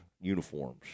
uniforms